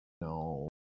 No